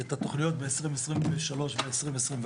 את התוכניות ב-2023 וב-2024,